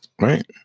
Right